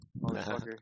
motherfucker